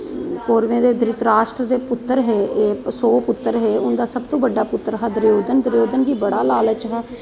कौरवें दे घृतराष्ट्र दे पुत्र है ऐ सौ पुतर हे उंदा सब तू बड्डा पुतर हा दुर्योधन गी बड़ा लालच हा